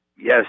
Yes